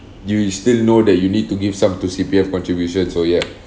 you'll still know that you need to give some to C_P_F contribution so ya